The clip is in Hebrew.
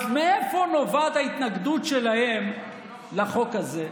אז מאיפה נובעת ההתנגדות שלהם לחוק הזה?